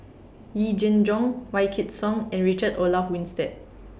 Yee Jenn Jong Wykidd Song and Richard Olaf Winstedt